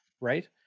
right